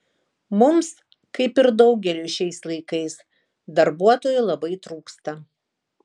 mums kaip ir daugeliui šiais laikais darbuotojų labai trūksta